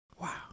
Wow